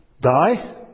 die